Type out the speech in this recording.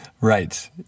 right